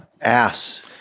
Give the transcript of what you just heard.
Ass